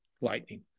Lightning